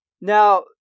Now